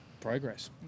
progress